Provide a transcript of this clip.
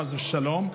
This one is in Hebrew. חס ושלום.